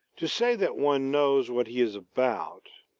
to say that one knows what he is about,